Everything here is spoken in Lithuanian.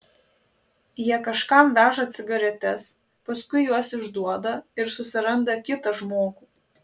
jie kažkam veža cigaretes paskui juos išduoda ir susiranda kitą žmogų